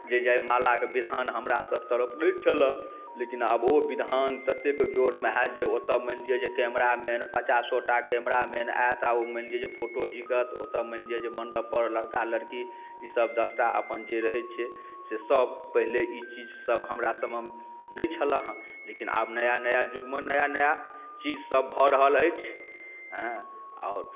जे जयमालाके विधान हमरा सब तरफ नहि छलऽ लेकिन आब ओ विधान ततेक जोरमे हैत जे ओतऽ मानि लिऽ जे कैमरामैन पचासो टा कैमरामैन आयत आओर ओ मानि लिऽ जे फोटो झीकत ओतऽ मानि लिऽ जे मण्डपपर लड़का लड़की ई सब दस टा अपन जे रहै छै से सब पहिले ई चीज सब हमरा समयमे नहि छलै हँ लेकिन आब नया नया युगमे नया नया चीज सब भऽ रहल अछि हँ आओर